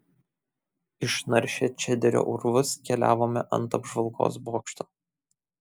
išnaršę čederio urvus keliavome ant apžvalgos bokšto